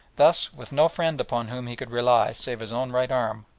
thus, with no friend upon whom he could rely save his own right arm,